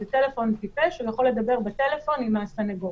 זה טלפון טיפש, הוא יכול לדבר בטלפון עם הסנגור.